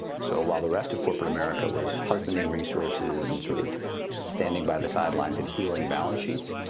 so while the rest of corporate america was husbanding resources, and sort of standing by the sidelines, and healing balance sheet,